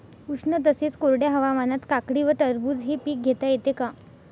उष्ण तसेच कोरड्या हवामानात काकडी व टरबूज हे पीक घेता येते का?